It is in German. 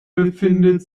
befindet